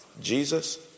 Jesus